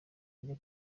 ajya